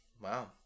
wow